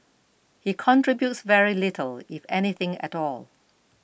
he contributes very little if anything at all